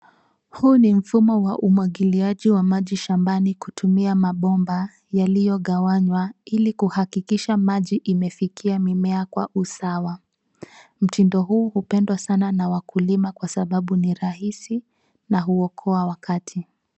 Huu ni mfumo wa umwagiliaji wa maji shambani kutumia mabomba yaliyogawanywa ili kuhakikisha maji imefikia mimea kwa usawa. Mtindo huu hupendwa sana na wakulima kwa sababu ni rahisi na huokoa wakati.